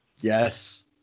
Yes